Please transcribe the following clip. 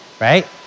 right